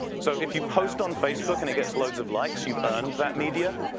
so if you post on facebook and it gets loads of likes you've earned that media,